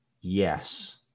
Yes